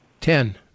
Ten